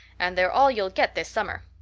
and they're all you'll get this summer.